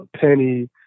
Penny